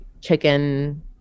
chicken